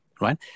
right